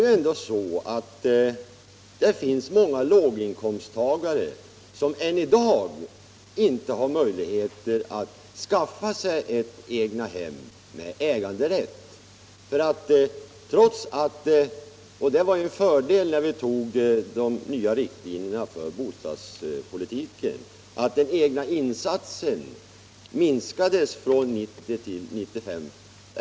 Men det finns än i dag många låginkomsttagare som inte har möjlighet att skaffa sig egnahem med äganderätt. En av fördelarna med de nya riktlinjerna för bostadspolitiken är att den egna insatsen minskats från 10 till 5 ”..